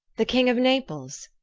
the king of naples,